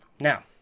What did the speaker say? now